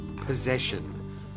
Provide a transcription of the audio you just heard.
possession